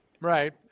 Right